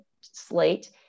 slate